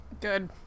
Good